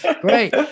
Great